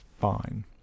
fine